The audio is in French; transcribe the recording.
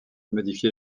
modifié